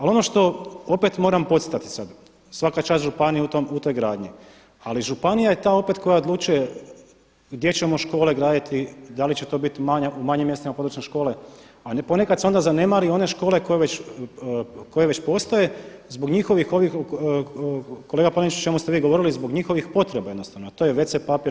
Ali ono što opet mora podcrtati sad, svaka čast županiji u toj gradnji ali županija je ta opet koja odlučuje gdje ćemo škole graditi, da li će to biti u manjim mjestima područne škole, a ponekad se onda zanemari one škole koje već postoje zbog njihovih kolega Panenić o čemu sve vi govorili zbog njihovih potreba jednostavno a to je wc papir.